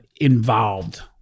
involved